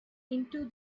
into